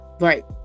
right